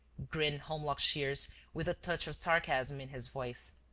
grinned holmlock shears, with a touch of sarcasm in his voice.